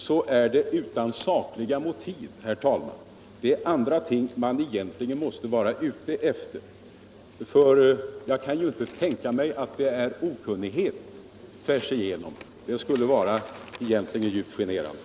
så är det utan sakliga motiv. Det är andra ting man måste vara ute ehter. För Jag kan ju inte tänka mig att det är fråga om okunnighet — det skulle vara djupt generande.